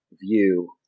view